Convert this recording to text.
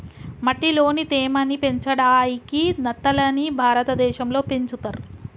మట్టిలోని తేమ ని పెంచడాయికి నత్తలని భారతదేశం లో పెంచుతర్